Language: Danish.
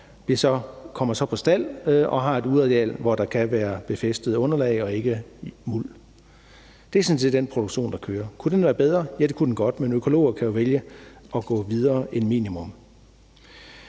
og kommer så på stald og har et udeareal, hvor der kan være befæstet underlag og ikke muld. Det er sådan set den produktion, der kører. Kunne den være bedre? Ja, det kunne den godt, men økologer kan jo vælge at gå videre end til minimum.